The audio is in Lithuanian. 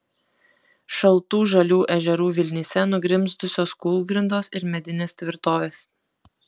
šaltų žalių ežerų vilnyse nugrimzdusios kūlgrindos ir medinės tvirtovės